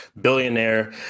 billionaire